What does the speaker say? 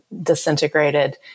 disintegrated